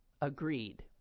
agreed